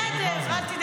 בסדר, אל תדאג.